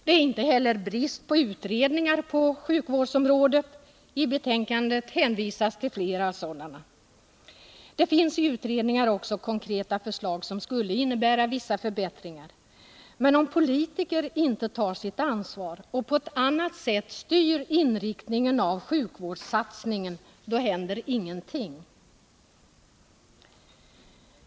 Det är inte brist på utredningar på sjukvårdsområdet — i betänkandet hänvisas till flera sådana. Det finns i utredningar också konkreta förslag som skulle innebära vissa förbättringar. Men om politiker inte tar sitt ansvar och på ett annat sätt styr inriktningen av sjukvårdssatsningen, då händer ingenting.